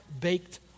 baked